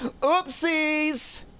Oopsies